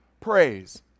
praise